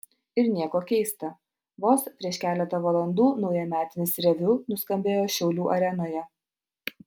ir nieko keista vos prieš keletą valandų naujametinis reviu nuskambėjo šiaulių arenoje